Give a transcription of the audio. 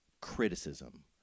criticism